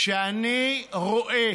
כשאני רואה